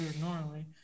normally